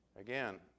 Again